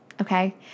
Okay